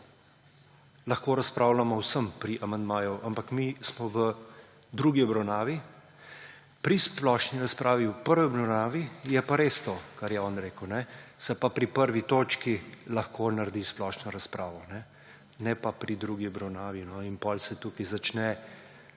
lahko razpravljamo o vsem pri amandmaju, ampak mi smo v drugi obravnavi. Pri splošni razpravi v prvi obravnavi je pa res to, kar je on rekel, se pa pri prvi točki lahko naredi splošno razpravo, ne pa pri drugi obravnavi. In potem se tukaj začne